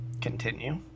continue